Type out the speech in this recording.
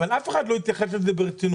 אבל אף אחד לא התייחס לזה ברצינות.